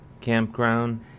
campground